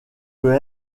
peut